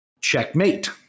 Checkmate